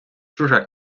чужа